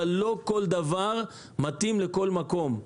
אבל לא כל דבר מתאים לכל מקום.